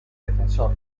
defensor